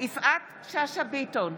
יפעת שאשא ביטון,